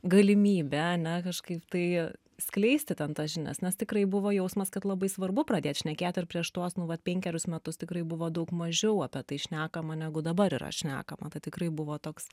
galimybė ane kažkaip tai skleisti ten tas žinias nes tikrai buvo jausmas kad labai svarbu pradėt šnekėt ir prieš tuos nu vat penkerius metus tikrai buvo daug mažiau apie tai šnekama negu dabar yra šnekama kad tikrai buvo toks